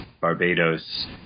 Barbados